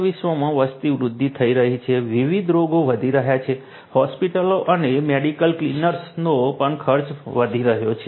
સમગ્ર વિશ્વમાં વસ્તી વૃદ્ધ થઈ રહી છે વિવિધ રોગો વધી રહ્યા છે હોસ્પિટલો અને મેડિકલ ક્લિનિક્સનો ખર્ચ પણ વધી રહ્યો છે